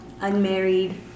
unmarried